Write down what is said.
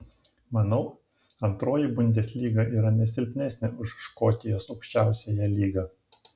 manau antroji bundeslyga yra ne silpnesnė už škotijos aukščiausiąją lygą